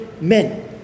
men